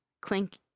Clink